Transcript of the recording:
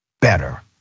better